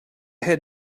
had